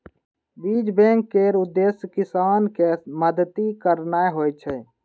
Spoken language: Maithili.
बीज बैंक केर उद्देश्य किसान कें मदति करनाइ होइ छै